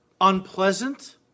unpleasant